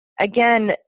again